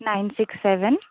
nine six seven